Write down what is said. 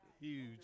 huge